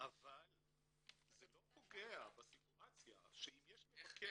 אבל זה לא פוגע בסיטואציה שאם יש מבקשת